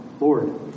Lord